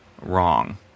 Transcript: wrong